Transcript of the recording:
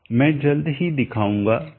मैं जल्द ही दिखाऊंगा कि कैसे करना है